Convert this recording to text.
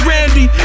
Randy